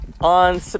On